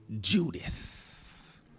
Judas